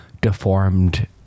deformed